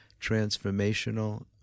Transformational